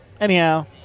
Anyhow